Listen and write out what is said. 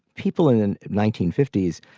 people in nineteen fifty s,